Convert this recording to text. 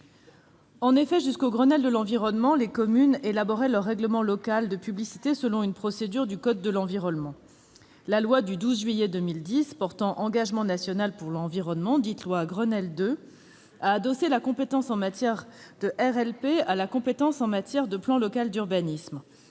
Jusqu'au Grenelle de l'environnement, les communes élaboraient leur règlement local de publicité selon une procédure du code de l'environnement. La loi du 12 juillet 2010 portant engagement national pour l'environnement, dite loi Grenelle II, a adossé la compétence en matière de RLP à la compétence en matière de plan local d'urbanisme.